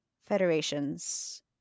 federations